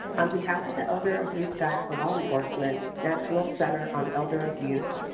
on behalf of the elder abuse guide for law enforcement, national center on elder abuse,